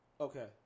Okay